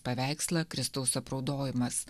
paveikslą kristaus apraudojimas